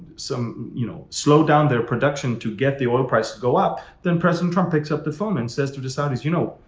so you know, slow down their production to get the oil prices go up, then president trump picks up the phone and says to the saudis you know,